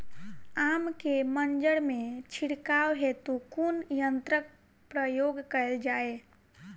आम केँ मंजर मे छिड़काव हेतु कुन यंत्रक प्रयोग कैल जाय?